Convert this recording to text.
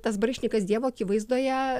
tas baryšnikas dievo akivaizdoje